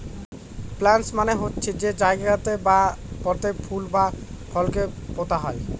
planters মানে হচ্ছে যে জায়গাতে বা পটে ফুল বা ফলকে পোতা হয়